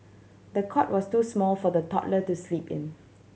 the cot was too small for the toddler to sleep in